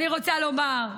אני רוצה לומר,